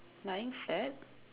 lying flat